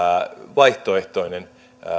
vaihtoehtoinen